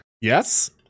Yes